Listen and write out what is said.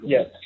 Yes